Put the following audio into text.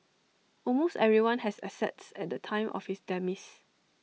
almost everyone has assets at the time of his demise